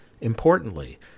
Importantly